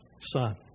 son